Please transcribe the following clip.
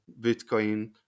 Bitcoin